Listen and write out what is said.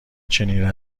چنین